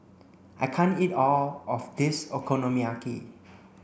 I can't eat all of this Okonomiyaki